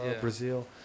Brazil